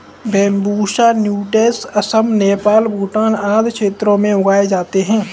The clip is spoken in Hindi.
बैंम्बूसा नूटैंस असम, नेपाल, भूटान आदि क्षेत्रों में उगाए जाते है